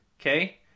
okay